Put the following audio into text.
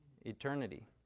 Eternity